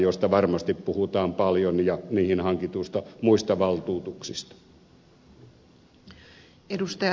joista varmasti puhutaan paljon ja niihin hankituista muista valtuutuksista